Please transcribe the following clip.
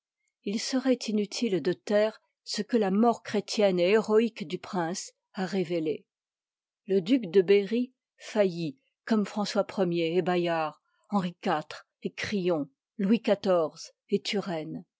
il seroit inutile de taire ce que la mort chrétienne et héroïque du prince a révélé le duc de berry faillit comme françois i et bavard henri iv et grillon louis xiy et